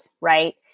right